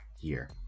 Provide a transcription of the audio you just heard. year